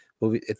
movie